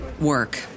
work